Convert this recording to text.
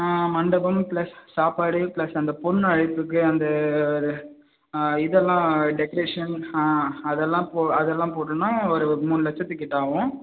மண்டபம் ப்ளஸ் சாப்பாடு ப்ளஸ் அந்த பொண்ணு அழைப்புக்கு அந்த ஒரு இதெல்லாம் டெக்ரேஷன் ஆ அதெல்லாம் போ அதெல்லாம் போட்டன்னால் ஒரு மூணு லட்சத்துக்கிட்டே ஆகும்